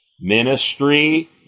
ministry